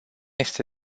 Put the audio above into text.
este